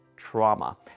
trauma